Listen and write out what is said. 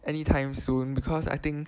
anytime soon because I think